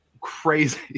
crazy